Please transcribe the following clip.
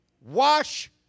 wash